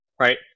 Right